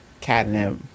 catnip